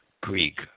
Greek